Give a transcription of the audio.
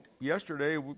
yesterday